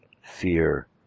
fear